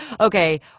okay